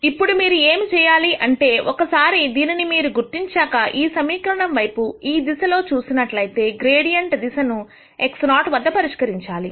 ఇప్పుడు మీరు ఏమి చేయాలి అంటే ఒకసారి దీనిని మీరు గుర్తించాక ఈ సమీకరణం వైపు ఈ దిశ లో చూసినట్లయితే గ్రేడియంట్ దిశ ను x0 వద్ద పరిష్కరించాలి